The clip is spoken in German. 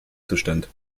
zustand